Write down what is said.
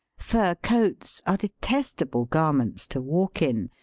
fur coats are detestable garments to walk in,